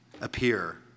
appear